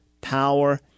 Power